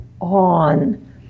On